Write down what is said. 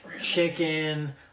chicken